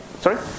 Sorry